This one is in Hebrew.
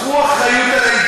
קחו אחריות על האמונות שלכם.